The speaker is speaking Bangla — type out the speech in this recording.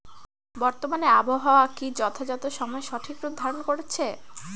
বর্তমানে আবহাওয়া কি যথাযথ সময়ে সঠিক রূপ ধারণ করছে?